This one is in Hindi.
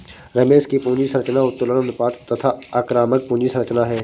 रमेश की पूंजी संरचना उत्तोलन अनुपात तथा आक्रामक पूंजी संरचना है